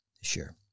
Sure